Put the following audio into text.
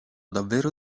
davvero